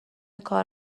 کار